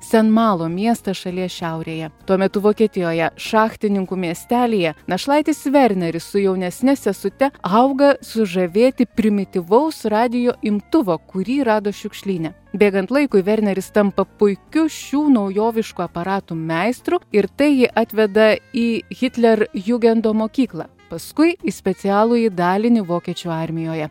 senmalo miestą šalies šiaurėje tuo metu vokietijoje šachtininkų miestelyje našlaitis verneris su jaunesne sesute auga sužavėti primityvaus radijo imtuvo kurį rado šiukšlyne bėgant laikui verneris tampa puikiu šių naujoviškų aparatų meistru ir tai jį atveda į hitler jugendo mokyklą paskui į specialųjį dalinį vokiečių armijoje